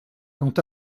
quant